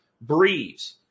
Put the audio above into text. Breeze